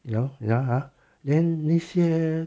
you know ya ah then 那些